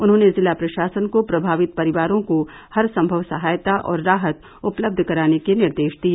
उन्होंने जिला प्रशासन को प्रभावित परिवारों को हरसम्भव सहायता और राहत उपलब्ध कराने के निर्देश दिए